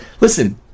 listen